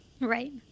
Right